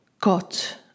got